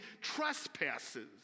trespasses